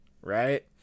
right